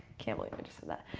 can't believe i just did that.